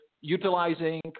utilizing